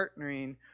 partnering